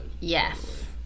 Yes